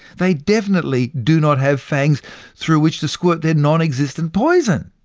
they definitely do not have fangs through which to squirt their non-existent poison.